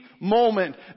moment